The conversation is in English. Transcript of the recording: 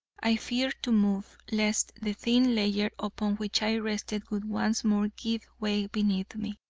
i feared to move, lest the thin layer upon which i rested would once more give way beneath me.